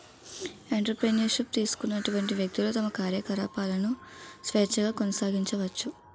entrepreneur ship తీసుకున్నటువంటి వ్యక్తులు తమ కార్యకలాపాలను స్వేచ్ఛగా కొనసాగించుకోవచ్చు